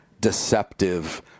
deceptive